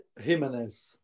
Jimenez